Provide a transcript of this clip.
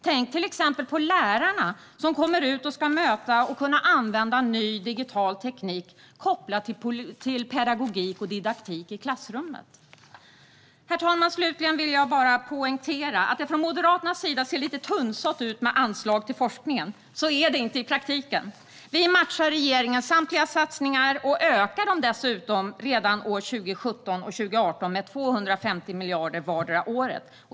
Tänk till exempel på lärarna som kommer ut och ska möta och kunna använda ny digital teknik kopplad till pedagogik och didaktik i klassrummet. Herr talman! Slutligen vill jag bara poängtera att det ser lite tunnsått ut med anslag till forskningen från Moderaternas sida. Så är det inte i praktiken. Vi matchar regeringens samtliga satsningar, och vi ökar dem dessutom redan år 2017 och 2018 med 250 miljoner vartdera året.